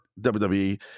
WWE